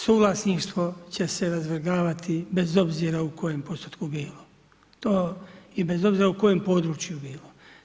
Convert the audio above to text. Suvlasništvo će se razvrgavati bez obzira u kojem postotku bilo i bez obzira u kojem području bilo.